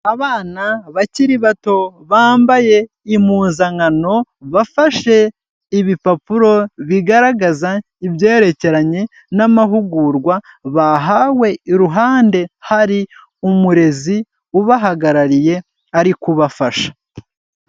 Abana bakiri bato bambaye impuzankano bafashe ibipapuro bigaragaza ibyerekeranye n' amahugurwa bahawe iruhande hari umurezi ubahagarariye ari kubafasha.